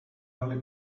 darle